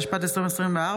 התשפ"ד 2024,